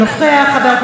חבר הכנסת מיכאל מלכיאלי,